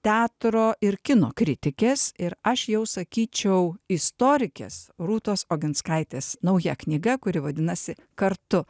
teatro ir kino kritikės ir aš jau sakyčiau istorikės rūtos oginskaitės nauja knyga kuri vadinasi kartu